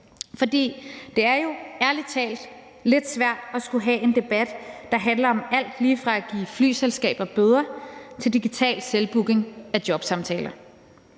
For det er jo ærlig talt lidt svært at skulle have en debat, der handler om alt lige fra at give flyselskaber bøder til digital selvbooking af jobsamtaler.